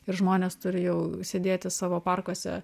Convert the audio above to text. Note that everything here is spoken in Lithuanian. ir žmonės turi jau sėdėti savo parkuose